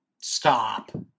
Stop